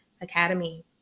Academy